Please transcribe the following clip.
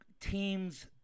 teams